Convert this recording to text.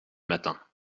matin